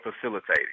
facilitating